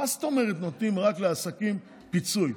מה זאת אומרת נותנים רק לעסקים פיצוי?